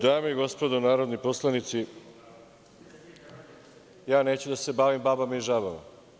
Dame i gospodo, narodni poslanici, neću da se bavim babama i žabama.